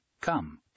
Come